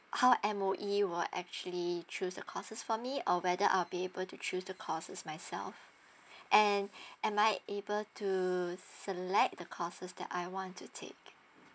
how M_O_E will actually choose the courses for me or whether I'll be able to choose the courses myself and am I able to select the courses that I want to take